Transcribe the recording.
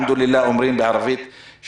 ובערבית - אלחמדוללה,